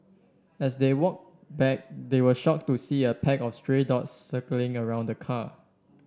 as they walk back they were shock to see a pack of stray dogs circling around the car